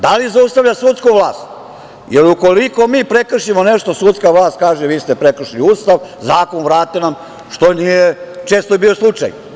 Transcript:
Da li zaustavlja sudsku vlast, jer ukoliko mi prekršimo nešto, sudska vlast kaže, vi ste prekršili Ustav, zakon nam vrate, što je često bio slučaj.